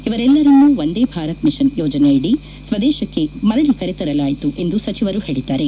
ಇವರೆಲ್ಲರನ್ನೂ Vande Bharat mission ಯೋಜನೆಯಡಿ ಸ್ವದೇಶಕ್ಕೆ ಮರಳಿಕರೆ ತರಲಾಯಿತು ಎಂದು ಸಚಿವರು ಹೇಳಿದ್ದಾರೆ